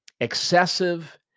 excessive